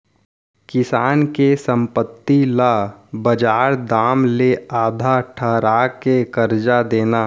किसान के संपत्ति ल बजार दाम ले आधा ठहरा के करजा देना